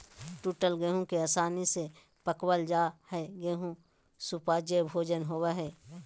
टूटल गेहूं के आसानी से पकवल जा हई गेहू सुपाच्य भोजन होवई हई